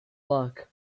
luck